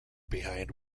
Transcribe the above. behind